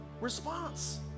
response